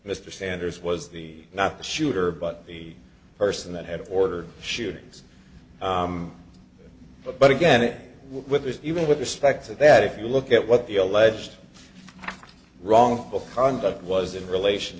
mr sanders was the not the shooter but the person that had ordered shootings but but again with even with respect to that if you look at what the alleged wrongful conduct was in relation